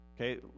Okay